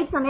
तो